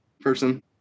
person